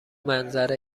منظره